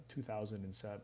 2007